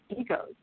egos